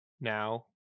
now